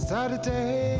Saturday